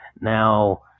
Now